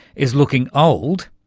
is looking old,